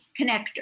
connector